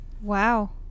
wow